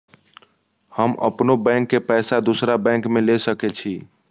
हम अपनों बैंक के पैसा दुसरा बैंक में ले सके छी?